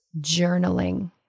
journaling